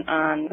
on